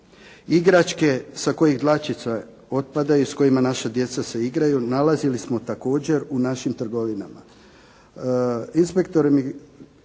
igračke sa kojih dlačice otpadaju i s kojima naša djeca se igraju, nalazili smo također u našim trgovinama.